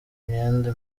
imyenda